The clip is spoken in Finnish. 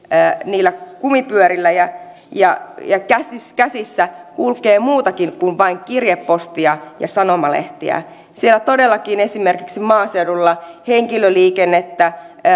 niillä kumipyörillä ja ja käsissä käsissä kulkee muutakin kuin vain kirjepostia ja sanomalehtiä todellakin esimerkiksi maaseudulla henkilöliikennettä